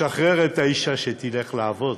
לשחרר את האישה, שתלך לעבוד,